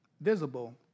visible